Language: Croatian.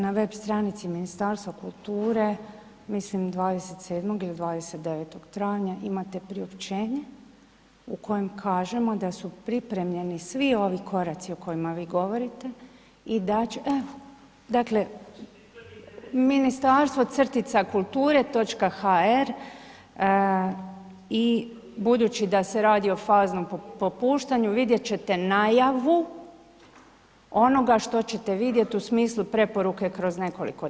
Na web stranici Ministarstva kulture, mislim 27.ili 29.travnja imate priopćenje u kojem kažemo da su pripremljeni svi ovi koraci o kojima vi govorite, dakle ministarstvo-kulture.hr i budući da se radi o faznom popuštanju vidjet ćete najavu onoga što ćete vidjet u smislu preporuke kroz nekoliko dana.